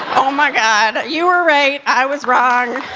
oh my god, you were right, i was wrong.